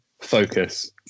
focus